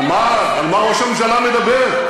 על מה ראש הממשלה מדבר?